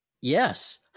Yes